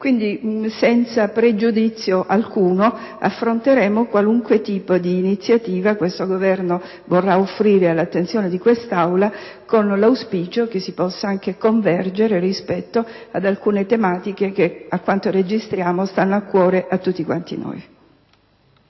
Quindi, senza pregiudizio alcuno, affronteremo qualunque tipo di iniziativa questo Governo vorrà offrire all'attenzione dell'Aula, con l'auspicio che si possa anche convergere rispetto ad alcune tematiche che, a quanto registriamo, stanno a cuore a tutti noi.